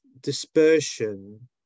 dispersion